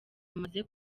umaze